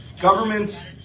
Governments